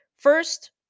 First